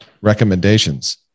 recommendations